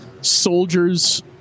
soldiers